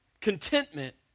contentment